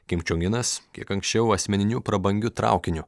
kim čion inas kiek anksčiau asmeniniu prabangiu traukiniu